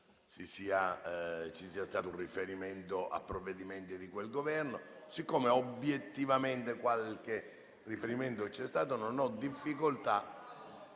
ci sia stato un riferimento a provvedimenti di quel Governo. Siccome, obiettivamente, qualche riferimento c'è stato, non ho difficoltà